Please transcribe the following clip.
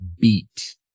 beat